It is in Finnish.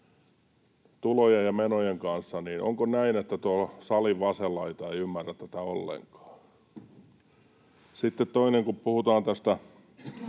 tulojen ja menojen kanssa, niin onko näin, että tuolla salin vasen laita ei ymmärrä tätä ollenkaan. Sitten toinen, kun puhutaan tästä